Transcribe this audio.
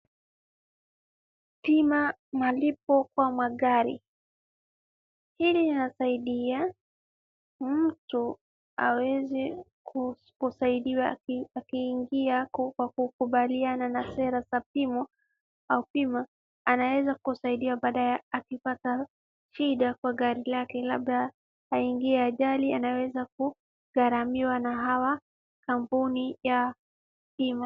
Bima, malipo kwa magari. Hili linasaidia mtu aweze kusaidiwa akiingia kwa kukubaliana na sera za bima au pima, anaweza kusaidiwa baadaye akipata shida kwa gari lake. Labda aingie ajali, anaweza kugharamiwa na hawa kampuni ya bima.